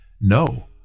No